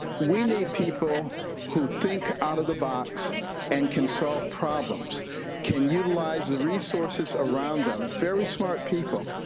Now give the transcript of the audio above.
we need people who think out of the box and can solve problems can utilize the resources around them very smart people,